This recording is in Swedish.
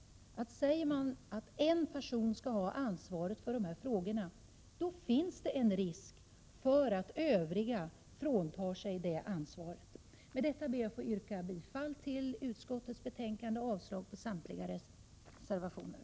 Om man säger att endast en person skall ha ansvar för dessa frågor finns det en risk att övriga frånsäger sig sitt ansvar. Med detta ber jag att få yrka bifall till utskottets hemställan och avslag på samtliga reservationer.